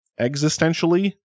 existentially